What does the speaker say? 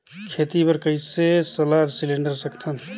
खेती बर कइसे सलाह सिलेंडर सकथन?